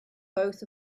both